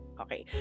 okay